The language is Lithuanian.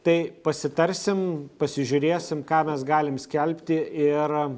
tai pasitarsim pasižiūrėsim ką mes galim skelbti ir